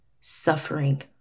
suffering